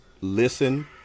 listen